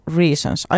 reasons